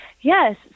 Yes